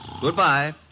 Goodbye